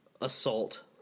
assault